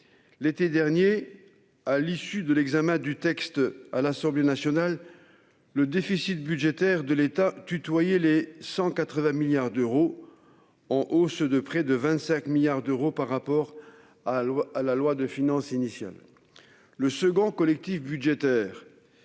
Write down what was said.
de la première loi de finances rectificative à l'Assemblée nationale, le déficit budgétaire de l'État tutoyait les 180 milliards d'euros, en hausse de près de 25 milliards d'euros par rapport à la loi de finances initiale. Le second collectif budgétaire